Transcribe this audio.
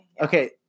Okay